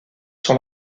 sur